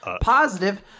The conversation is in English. positive